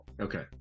Okay